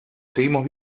seguimos